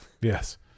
Yes